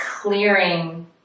clearing